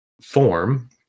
form